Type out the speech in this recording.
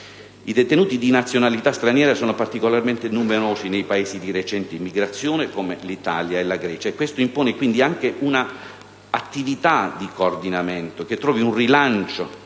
I detenuti di nazionalità straniera sono particolarmente numerosi nei Paesi di recente immigrazione come l'Italia e la Grecia. Questo impone, quindi, anche un coordinamento che trovi un rilancio